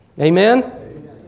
Amen